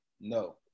No